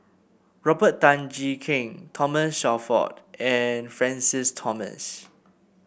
Robert Tan Jee Keng Thomas Shelford and Francis Thomas